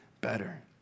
better